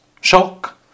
Shock